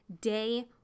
day